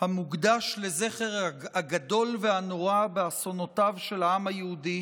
המוקדש לזכר הגדול והנורא באסונותיו של העם היהודי